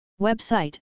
Website